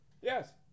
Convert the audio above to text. Yes